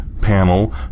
panel